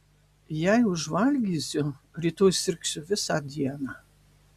jei užvalgysiu rytoj sirgsiu visą dieną